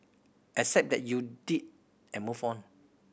accept that you did and move on